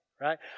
Right